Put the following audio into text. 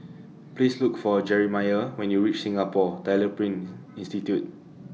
Please Look For Jerimiah when YOU REACH Singapore Tyler Print Institute